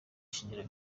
shingiro